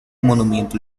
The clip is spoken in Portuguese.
monumento